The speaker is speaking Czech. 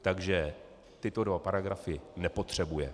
Takže tyto dva paragrafy nepotřebuje.